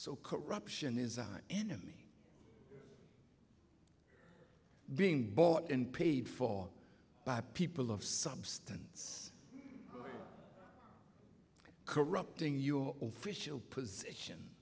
so corruption is an enemy being bought and paid for by people of substance corrupting your oficial position